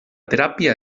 teràpia